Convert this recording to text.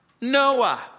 Noah